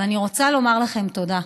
ואני רוצה לומר לכן תודה,